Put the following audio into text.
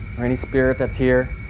or any spirit that's here,